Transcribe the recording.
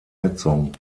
heizung